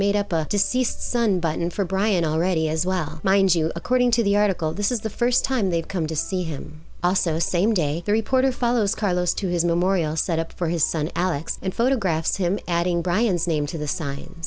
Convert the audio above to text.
made up a deceased son button for brian already as well mind you according to the article this is the first time they've come to see him also same day the reporter follows carlos to his memorial set up for his son alex and photographed him adding brian's name to the sign